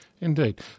Indeed